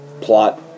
plot